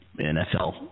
NFL